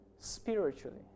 spiritually